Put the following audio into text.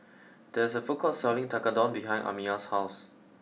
there's a food court selling Tekkadon behind Amiyah's house